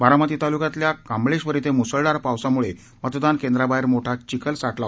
बारामती ताल्क्यातल्या कांबळेश्वर इथं म्सळधार पावसाम्ळे मतदान केंद्राबाहेर मोठ्या प्रमाणावा चिखल साठला